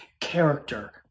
character